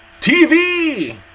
TV